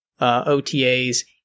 OTAs